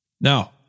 Now